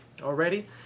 already